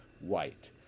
White